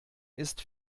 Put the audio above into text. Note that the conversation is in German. ist